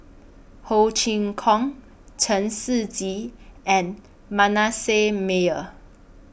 Ho Chee Kong Chen Shiji and Manasseh Meyer